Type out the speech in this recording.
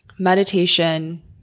Meditation